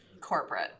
corporate